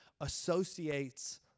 associates